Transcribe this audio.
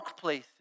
workplaces